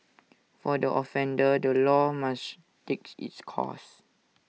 for the offender the law must take its course